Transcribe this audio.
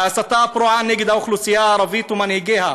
ההסתה הפרועה נגד האוכלוסייה הערבית ומנהיגיה,